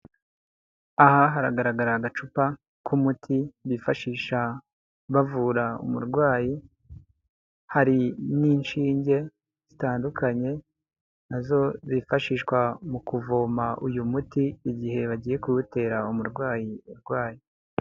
Aha haragaragara agacupa k'umuti bifashisha bavura umurwayi, hari n'inshinge zitandukanye na zo zifashishwa mu kuvoma uyu muti igihe bagiye kuwutera umurwayi urwaye.